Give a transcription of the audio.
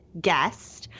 guest